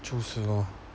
就是咯